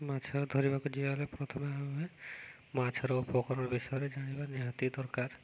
ମାଛ ଧରିବାକୁ ଯିବାବେଳେ ପ୍ରଥମେ ଆମେ ମାଛର ଉପକରଣ ବିଷୟରେ ଜାଣିବା ନିହାତି ଦରକାର